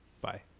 bye